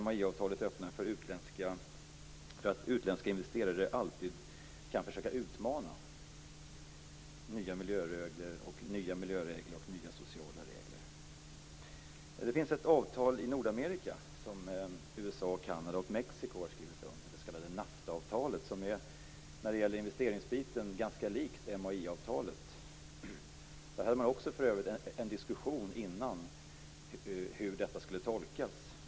MAI-avtalet öppnar för att utländska investerare alltid kan försöka utmana nya miljöregler och nya sociala regler. Det finns ett avtal i Nordamerika som USA, Kanada och Mexiko har skrivit under, det s.k. NAFTA avtalet. I fråga om investeringsbiten är det ganska likt MAI-avtalet. Där var det en diskussion om hur avtalet skulle tolkas.